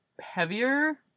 heavier